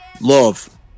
Love